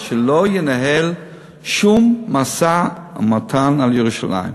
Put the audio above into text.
שהוא לא ינהל שום משא-ומתן על ירושלים.